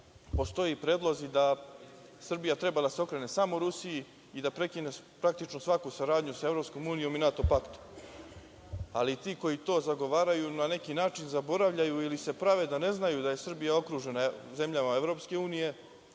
postoje predlozi da Srbija treba da se okrene samo Rusiji i da prekine praktično svaku saradnju sa EU i NATO paktom, ali ti koji to zagovaraju na neki način zaboravljaju ili se prave da ne znaju da je Srbija okružena zemljama EU,